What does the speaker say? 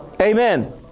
Amen